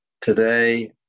today